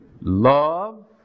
love